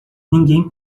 ninguém